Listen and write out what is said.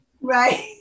Right